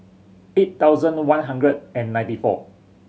eight thousand one hundred and ninety four